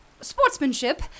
sportsmanship